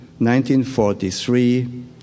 1943